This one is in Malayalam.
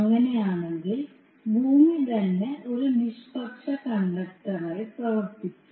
അങ്ങനെയാണെങ്കിൽ ഭൂമി തന്നെ ഒരു നിഷ്പക്ഷ കണ്ടക്ടറായി പ്രവർത്തിക്കും